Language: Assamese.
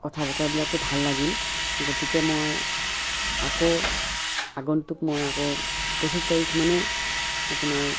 কথা বতৰাবিলাকো ভাল লাগিল গতিকে মই আকৌ আগন্তুক মই আকৌ পঁচিছ তাৰিখ মানে আপোনাৰ